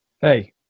hey